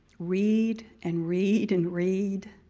read and read and read.